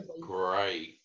great